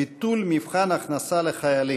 ביטול מבחן הכנסה לחיילים.